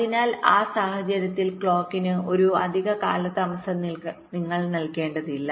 അതിനാൽ ആ സാഹചര്യത്തിൽ ക്ലോക്കിന് ഒരു അധിക കാലതാമസം നിങ്ങൾ നൽകേണ്ടതില്ല